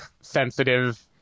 sensitive